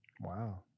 wow